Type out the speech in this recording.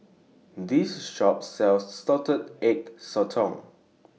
This Shop sells Salted Egg Sotong